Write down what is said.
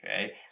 okay